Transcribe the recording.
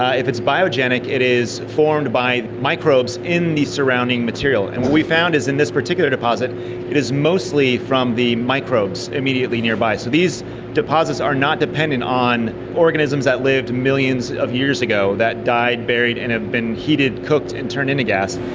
ah if it's biogenic it is formed by microbes in the surrounding material. and what we found is in this particular deposit it is mostly from the microbes immediately nearby. so these deposits are not dependent on organisms that live millions of years ago that died, buried, and have been heated, cooked and turned into gas.